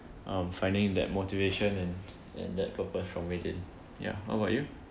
um finding that motivation and and that purpose from within ya what about you